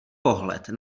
pohled